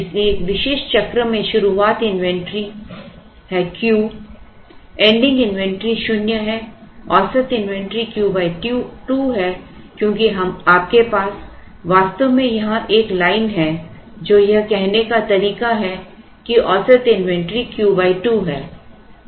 इसलिए एक विशेष चक्र में शुरुआत इन्वेंट्री है Q एंडिंग इन्वेंटरी शून्य है औसत इन्वेंट्री Q 2 क्योंकि आपके पास वास्तव में यहां एक लाइन है जो यह कहने का एक तरीका है कि औसत इन्वेंट्री Q 2 है